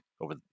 over